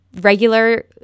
regular